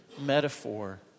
metaphor